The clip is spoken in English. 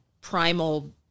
primal